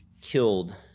killed